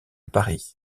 paris